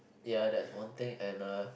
ya that's one thing and a